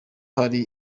hari